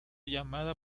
llamada